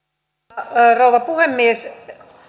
arvoisa rouva puhemies